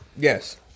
Yes